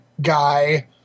guy